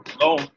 No